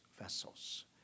vessels